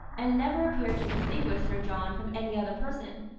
and never appeared to distinguish sir john from any other person.